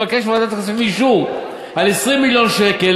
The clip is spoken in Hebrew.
מבקש מוועדת הכספים אישור על 20 מיליון שקל.